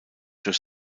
durch